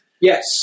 Yes